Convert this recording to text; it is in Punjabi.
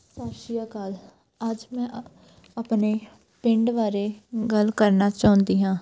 ਸਤਿ ਸ਼੍ਰੀ ਅਕਾਲ ਅੱਜ ਮੈਂ ਆਪਣੇ ਪਿੰਡ ਬਾਰੇ ਗੱਲ ਕਰਨਾ ਚਾਹੁੰਦੀ ਹਾਂ